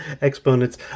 exponents